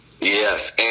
Yes